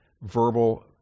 verbal